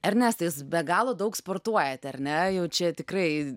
ernestai jūs be galo daug sportuojat ar ne jau čia tikrai